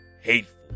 hateful